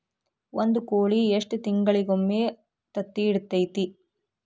ಒಂದ್ ಕೋಳಿ ಎಷ್ಟ ತಿಂಗಳಿಗೊಮ್ಮೆ ತತ್ತಿ ಇಡತೈತಿ?